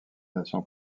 nation